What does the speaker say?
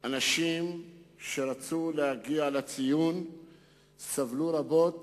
אנשים שרצו להגיע לציון סבלו רבות